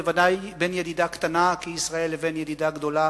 בוודאי בין ידידה קטנה כישראל לבין ידידה גדולה